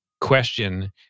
question